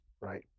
Right